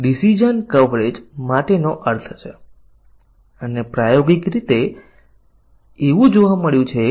તેથી શાખા પરીક્ષણ એ સૌથી કન્ડિશન સ્ટ્રેટેજી વ્યૂહરચના છે અને મૂળ સ્થિતિ એ શાખા પરીક્ષણ કરતાં વધુ મજબૂત વ્યૂહરચના છે તે બતાવવું ખૂબ જ સરળ છે